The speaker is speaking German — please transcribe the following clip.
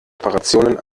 operationen